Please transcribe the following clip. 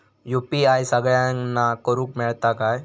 UPI सगळ्यांना करुक मेलता काय?